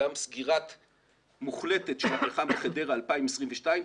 גם סגירה מוחלטת של הפחם בחדרה 2022,